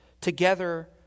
together